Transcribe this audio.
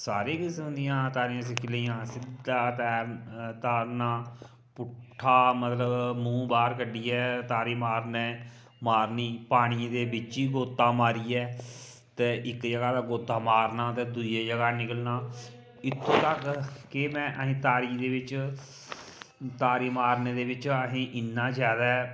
सारे किस्म दियां तारियां सिक्खी लेइयां सिद्धा तैरना पुट्ठा मतलब मूंह् बाह्र कड्ढियै तारी मारने मारनी पानियै दे बिच ई गोता मारियै ते इक जगह् दा गोता मारना ते दूइया जगह् निकलना इत्थें तक कि में ऐहीं तारी दे बिच तारी मारने दे बिच अस इ'न्ना जादा